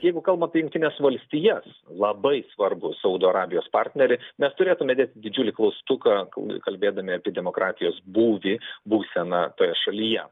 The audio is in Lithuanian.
jeigu kalbam apie jungtines valstijas labai svarbų saudo arabijos partnerį mes turėtume dėti didžiulį klaustuką kal kalbėdami apie demokratijos būvį būseną toje šalyje